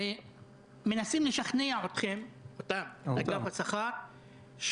מנסים לשכנע את אגף השכר,